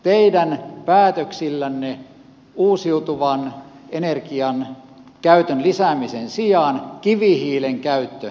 teidän päätöksillänne uusiutuvan energian käytön lisäämisen sijaan kivihiilen käyttö näyttää lisääntyvän